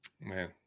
man